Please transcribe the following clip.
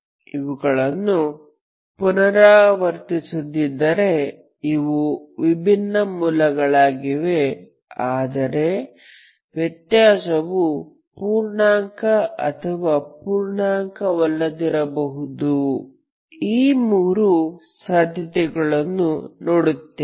ಇವುಗಳನ್ನು ಪುನರಾವರ್ತಿಸದಿದ್ದರೆ ಇವು ವಿಭಿನ್ನ ಮೂಲಗಳಾಗಿವೆ ಆದರೆ ವ್ಯತ್ಯಾಸವು ಪೂರ್ಣಾಂಕ ಅಥವಾ ಪೂರ್ಣಾಂಕವಲ್ಲದಿರಬಹುದು ಈ ಮೂರು ಸಾಧ್ಯತೆಗಳನ್ನು ನೋಡುತ್ತೇವೆ